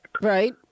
Right